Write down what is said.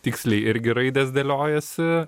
tiksliai irgi raidės dėliojasi